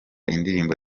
indirimbo